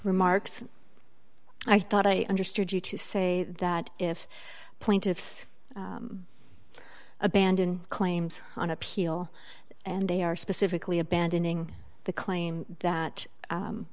remarks i thought i understood you to say that if plaintiffs abandon claims on appeal and they are specifically abandoning the claim that